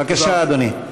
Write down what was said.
בבקשה, אדוני.